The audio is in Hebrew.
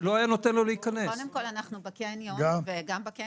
היה עומד בודק ביטחוני בכניסה,